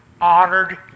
honored